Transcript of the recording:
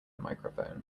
microphone